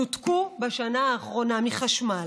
נותקו בשנה האחרונה מחשמל.